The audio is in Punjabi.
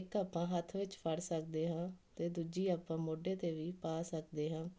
ਇੱਕ ਆਪਾਂ ਹੱਥ ਵਿੱਚ ਫੜ ਸਕਦੇ ਹਾਂ ਅਤੇ ਦੂਜੀ ਆਪਾਂ ਮੋਢੇ 'ਤੇ ਵੀ ਪਾ ਸਕਦੇ ਹਾਂ